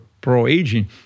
pro-aging